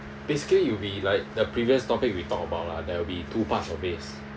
basically it will be like the previous topic we talk about lah there will be two parts or base